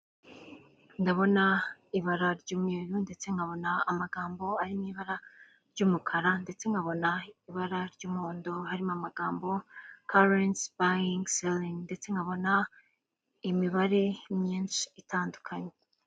Ndabona ibara ry'umweru ndetse nkabona amagambo ari mu ibara ry'umukara, ndetse nkabona ibara ry'umuhondo harimo amagambo karensi bayingi seringi, ndetse nkabona imibare myinshi itandukanye.